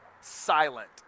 silent